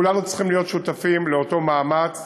וכולנו צריכים להיות שותפים לאותו מאמץ